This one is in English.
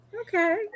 okay